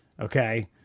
okay